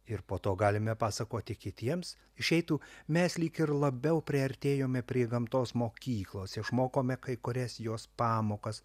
ir po to galime pasakoti kitiems išeitų mes lyg ir labiau priartėjome prie gamtos mokyklos išmokome kai kurias jos pamokas